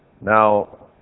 Now